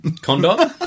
Condom